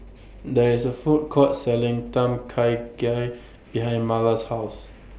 There IS A Food Court Selling Tom Kha Gai behind Marla's House